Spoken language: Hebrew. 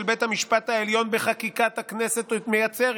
בית המשפט העליון בחקיקה שהכנסת מייצרת: